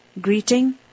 greeting